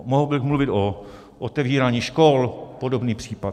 Mohl bych mluvit o otevírání škol, podobný případ.